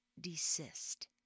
desist